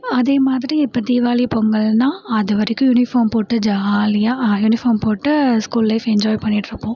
அதேமாதிரி இப்போ தீவாளி பொங்கல்ன்னால் அதுவரைக்கும் யூனிஃபார்ம் போட்டு ஜாலியாக யூனிஃபார்ம் போட்டு ஸ்கூல் லைஃப் என்ஜாய் பண்ணிட்டு இருப்போம்